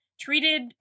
treated